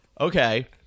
okay